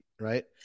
Right